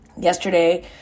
Yesterday